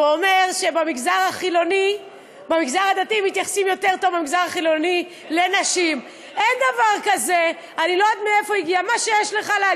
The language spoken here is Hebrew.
ואומר שבמגזר הדתי מתייחסים לנשים יותר טוב מאשר במגזר החילוני.